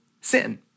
sin